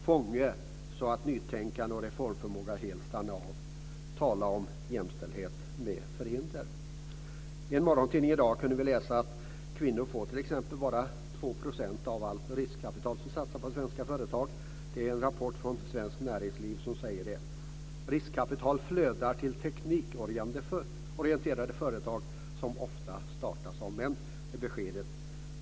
fånge, så att nytänkandet och reformförmågan helt stannar av. Tala om jämställdhet med förhinder! I en morgontidning i dag kan man läsa: "Kvinnor får bara två procent av allt riskkapital som satsas i svenska företag. Det visar en rapport från Riskkapital flödar till teknikorienterade företag, som ofta startas av män." - Detta är beskedet.